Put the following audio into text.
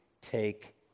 take